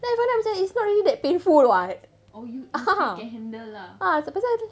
then lepas tu I macam it's not really that painful [what] a'ah ah pasal